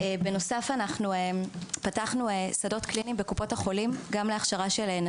בנוסף אנחנו פתחנו שדות קליניים בקופות החולים גם להכשרה לרפואת